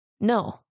no